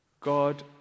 God